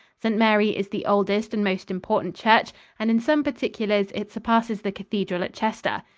st. mary is the oldest and most important church, and in some particulars it surpasses the cathedral at chester.